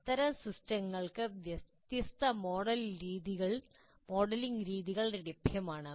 അത്തരം സിസ്റ്റങ്ങൾക്ക് വ്യത്യസ്ത മോഡലിംഗ് രീതികൾ ലഭ്യമാണ്